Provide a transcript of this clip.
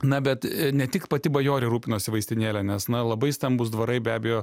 na bet ne tik pati bajorė rūpinosi vaistinėle nes na labai stambūs dvarai be abejo